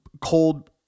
cold